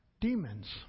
Demons